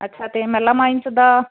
ਅੱਛਾ ਤੇ ਮਹਿਲਾ ਮਾਈਨਸ ਦਾ